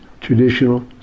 traditional